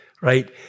right